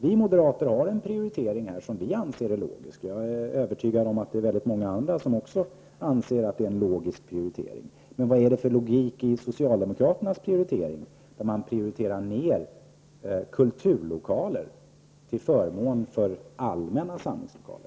Vi moderater har en prioritering här som vi anser logisk, och jag är övertygad om att väldigt många andra också anser att det är en logisk prioritering. Men vad är det för logik i socialdemokraternas prioritering, där man prioriterar ned kulturlokaler till förmån för allmänna samlingslokaler?